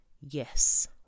Yes